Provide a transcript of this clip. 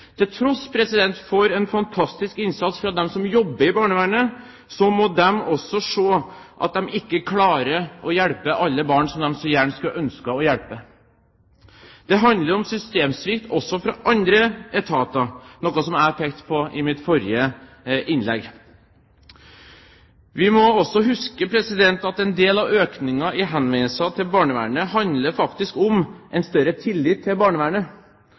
Til tross for en fantastisk innsats fra dem som jobber i barnevernet, må de også se at de ikke klarer å hjelpe alle barn som de så gjerne hadde ønsket å hjelpe. Det handler om systemsvikt også fra andre etater, noe som jeg pekte på i mitt forrige innlegg. Vi må også huske at en del av økningen i henvendelser til barnevernet faktisk handler om en større tillit til barnevernet.